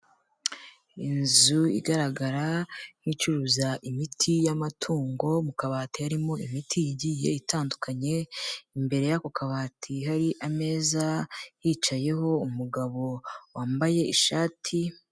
Inzu igaragara nk'icuruza imiti y'amatungo, mu kabati harimo imiti igiye itandukanye, imbere y'ako kabati hari ameza, hicayeho umugabo wambaye ishati.